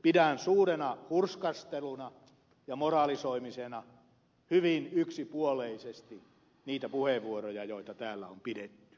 pidän suurena hurskasteluna ja moralisoimisena hyvin yksipuoleisesti niitä puheenvuoroja joita täällä on pidetty